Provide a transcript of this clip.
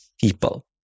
people